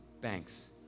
banks